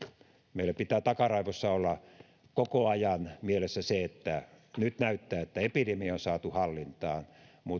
meillä pitää takaraivossa olla koko ajan mielessä että vaikka nyt näyttää että epidemia on saatu hallintaan